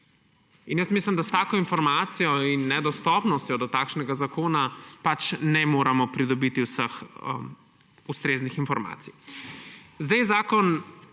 in jaz mislim, da s tako informacijo in nedostopnostjo do takšnega zakona pač ne moremo pridobiti vseh ustreznih informacij. Zakon